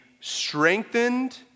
strengthened